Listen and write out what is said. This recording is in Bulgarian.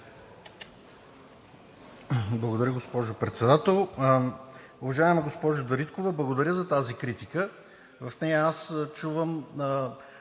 Благодаря, госпожо Председател. Уважаема госпожо Дариткова, благодаря за тази критика. В нея аз чувам